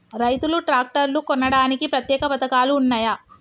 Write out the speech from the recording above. రైతులు ట్రాక్టర్లు కొనడానికి ప్రత్యేక పథకాలు ఉన్నయా?